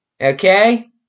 Okay